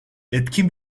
etkin